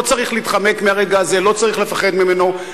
לא צריך להתחמק מהרגע הזה, לא צריך לפחד ממנו.